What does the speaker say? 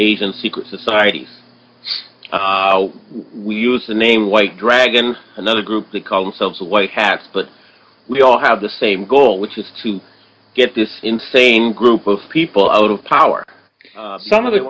asian secret societies we use the name white dragons another group they call themselves white hats but we all have the same goal which is to get this insane group of people out of power some of the